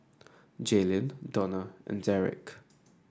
Jaylyn Donna and Derick